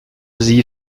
sie